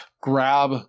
grab